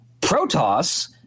protoss